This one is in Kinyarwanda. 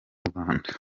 rwanda